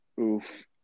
Oof